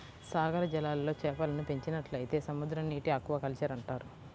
సాగర జలాల్లో చేపలను పెంచినట్లయితే సముద్రనీటి ఆక్వాకల్చర్ అంటారు